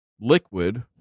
liquid